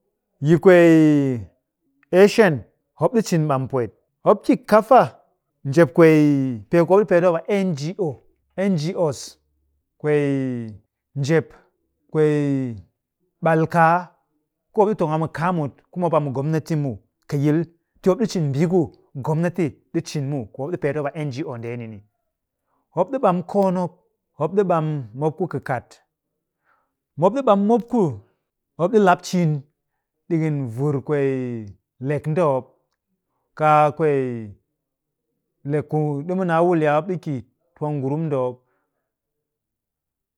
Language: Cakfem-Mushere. Yi kwee asian, mop ɗi cin ɓam pwet. Mop ki kafa njep kwee pee ku mop ɗi peet mop a ngo, ngos. Kwee jep kwee ɓal kaa ku mop ɗi tong a mu kaa mut ku mop a mu gomnati muw kɨ yil ti mop ɗi cin mbii ku gomnati ɗi cin muw ku mop ɗi peet mop a ngo ndeeni. Mop ɗi ɓam koon mop, mop ɗi ɓam mop ku kɨkat. Mop ɗi ɓam mop ku mop ɗi lap ciin ɗikin vur kwee lek nde mop. Kaa kwee lek ku ɗimu naa wuliya mop ɗi ki twa ngurum nde mop